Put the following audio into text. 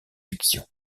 fiction